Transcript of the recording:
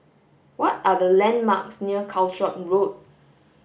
what are the landmarks near Calshot Road